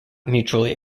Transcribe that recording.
mutually